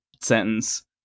sentence